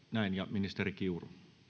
ministeri kiuru